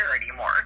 anymore